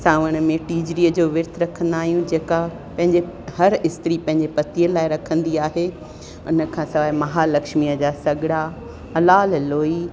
सावण में टीजिड़ीअ जो विर्त रखंदा आहियूं जेका पंहिंजे हर स्त्री पंहिंजे पतीअ लाइ रखंदी आहे उन खां सवाइ महालक्ष्मीअ जा सॻिड़ा लाल लोई